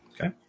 Okay